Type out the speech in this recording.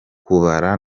kubara